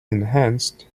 enhanced